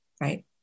right